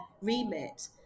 remit